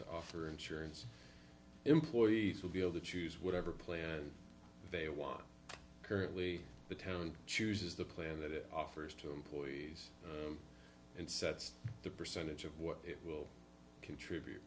to offer insurance employees will be able to choose whatever plan they want currently the town chooses the plan that it offers to employees and sets the percentage of what it will contribute